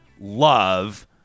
love